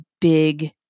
big